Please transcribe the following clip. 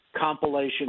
compilation